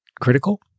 critical